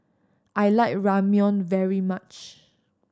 I like Ramyeon very much